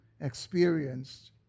experienced